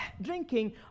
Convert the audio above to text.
drinking